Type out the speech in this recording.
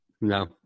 No